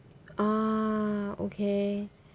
ah okay